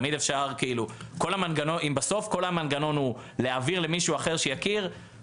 תמיד אפשר --- אם בסוף כל המנגנון הוא להעביר למישהו אחר שיכיר,